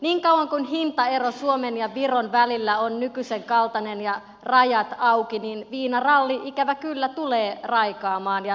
niin kauan kuin hintaero suomen ja viron välillä on nykyisen kaltainen ja rajat auki niin viinaralli ikävä kyllä tulee raikaamaan